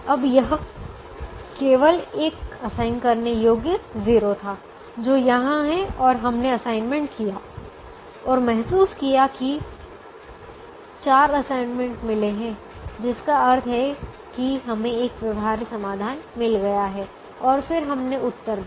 अब यह केवल एक असाइन करने योग्य 0 था जो यहां है और हमने असाइनमेंट किया और महसूस किया कि हमें 4 असाइनमेंट मिले हैं जिसका अर्थ है कि हमें एक व्यवहार्य समाधान मिल गया है और फिर हमने उत्तर दिया